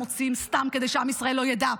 מוציאים סתם כדי שעם ישראל לא ידע.